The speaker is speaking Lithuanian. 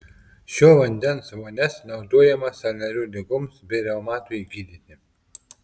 šio vandens vonias naudojamos sąnarių ligoms bei reumatui gydyti